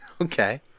Okay